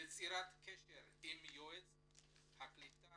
יצירת קשר עם יועץ הקליטה